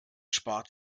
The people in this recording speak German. spart